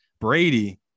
Brady